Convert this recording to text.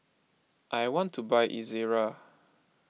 I want to buy Ezerra